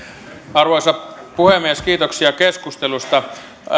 arvoisa puhemies kiitoksia keskustelusta